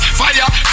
fire